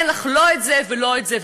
אין לך לא זה ולא זה.